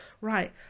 right